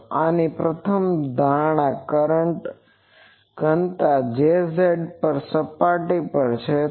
તો આની પ્રથમ ધારણા કરંટ ઘનતા Jz સપાટી પર છે